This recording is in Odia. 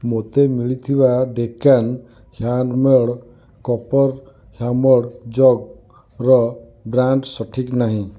ମୋତେ ମିଳିଥିବା ଡେକାନ ହ୍ୟାଣ୍ଡମୋଡ଼୍ କପର୍ ହେମଡ଼୍ ଜଗ୍ର ବ୍ରାଣ୍ଡ ଅଛି କି ନାହିଁ